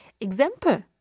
Example